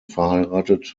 verheiratet